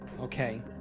Okay